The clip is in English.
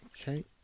Okay